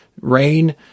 rain